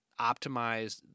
optimize